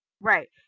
Right